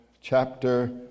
chapter